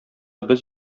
без